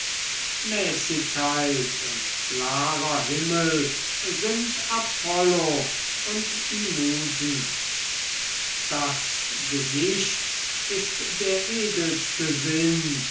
mäßigkeit und klarer himmel sind apollo und die musen das gesicht ist der edelste sinn